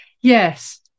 yes